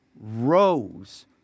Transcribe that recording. rose